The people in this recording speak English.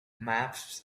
maps